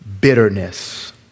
bitterness